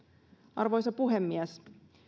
arvoisa puhemies